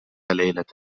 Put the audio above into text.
ليلة